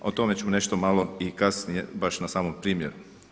O tome ću nešto malo i kasnije baš na samom primjeru.